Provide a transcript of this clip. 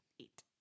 Eight